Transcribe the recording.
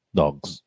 dogs